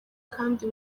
kandi